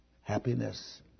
happiness